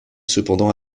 cependant